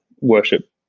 worship